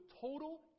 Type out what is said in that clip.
total